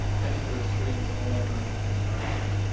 temperature extremes, and other environmental factors.